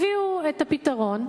הביאו את הפתרון.